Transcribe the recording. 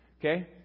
okay